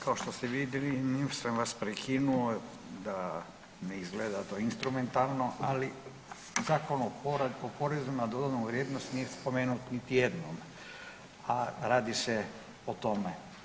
Kao što ste vidjeli, nisam vas prekinuo da ne izgleda to instrumentalno ali … Zakon o porezu na dodanu vrijednost nije spomenut niti jednom, a radi se o tome.